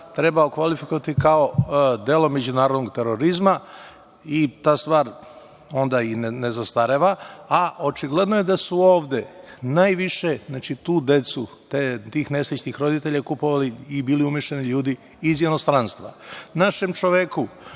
treba kvalifikovati kao delo međunarodnog terorizma i onda ta stvar ne zastareva, a očigledno da su ovde najviše tu decu, tih nesrećnih roditelja, kupovali i bili umešani ljudi iz inostranstva. Našim